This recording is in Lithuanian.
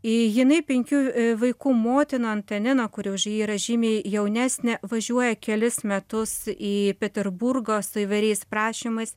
jinai penkių vaikų motina antanina kuri už jį yra žymiai jaunesnė važiuoja kelis metus į peterburgą su įvairiais prašymais